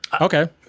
Okay